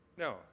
No